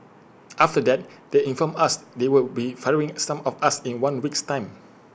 after that they informed us they would be firing some of us in one week's time